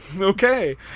Okay